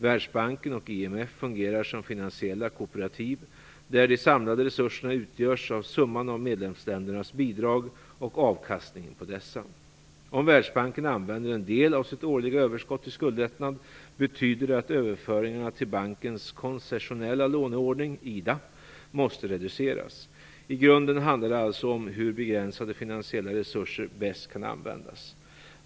Världsbanken och IMF fungerar som finansiella kooperativ, där de samlade resurserna utgörs av summan av medlemsländernas bidrag och avkastningen på dessa. Om Världsbanken använder en del av sitt årliga överskott till skuldlättnad, betyder det att överföringarna till bankens koncessionella låneordning, IDA, måste reduceras. I grunden handlar det alltså om hur begränsade finansiella resurser bäst kan användas.